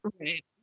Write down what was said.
Right